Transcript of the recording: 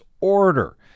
order